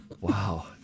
Wow